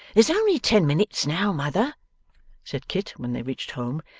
there's only ten minutes now, mother said kit when they reached home.